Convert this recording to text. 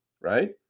right